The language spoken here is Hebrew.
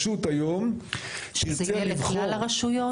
שזה יהיה לכלל הרשויות?